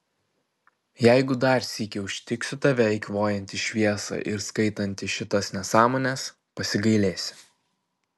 jeigu dar sykį užtiksiu tave eikvojantį šviesą ir skaitantį šitas nesąmones pasigailėsi